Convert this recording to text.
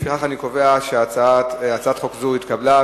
לפיכך אני קובע שהצעת חוק זו התקבלה,